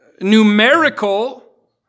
numerical